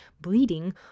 bleeding